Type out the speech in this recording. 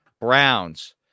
Browns